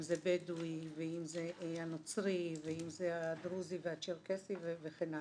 אם זה בדואים ואם זה הנוצרים ואם זה הדרוזים והצ'רקסים וכן הלאה.